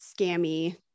scammy